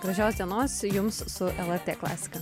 gražios dienos jums su lrt klasika